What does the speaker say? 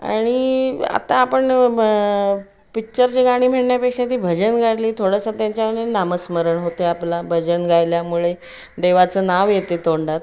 आणि आता आपण पिच्चरची गाणी म्हणण्यापेक्षा ती भजन गाणी थोडंसं त्यांच्याने नामस्मरण होते आपलं भजन गायल्यामुळे देवाचं नाव येते तोंडात